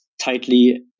tightly